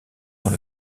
dans